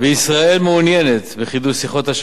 ישראל מעוניינת בחידוש שיחות השלום